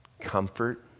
comfort